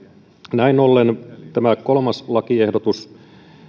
näin ollen tämä kolmas lakiehdotus